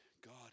God